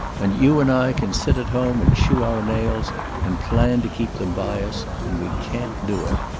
and you and i can sit at home and chew our nails and plan to keep them by us. and we can't do it.